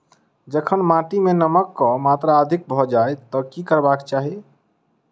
जखन माटि मे नमक कऽ मात्रा अधिक भऽ जाय तऽ की करबाक चाहि?